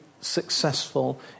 successful